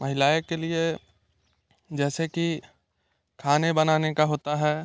महिलाएँ के लिए जैसे कि खाने बनाने का होता है